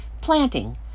planting